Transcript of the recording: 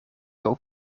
hoop